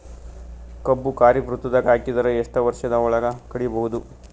ಕಬ್ಬು ಖರೀಫ್ ಋತುದಾಗ ಹಾಕಿದರ ಎಷ್ಟ ವರ್ಷದ ಒಳಗ ಕಡಿಬಹುದು?